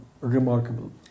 remarkable